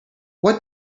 what